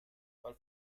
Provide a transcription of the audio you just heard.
weil